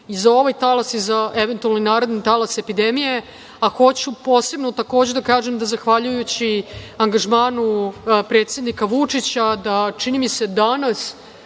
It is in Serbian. i za ovaj talas i za eventualno naredni talas epidemije. Hoću posebno da kažem da zahvaljujući angažmanu predsednika Vučića, da, čini mi se, danas